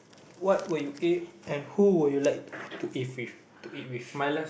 what will you eat and who would you like to e~ to eat with to eat with